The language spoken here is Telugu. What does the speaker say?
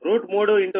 6623అందువలన 160